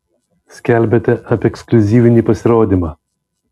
skelbiate apie ekskliuzyvinį pasirodymą